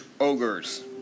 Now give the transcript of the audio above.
ogres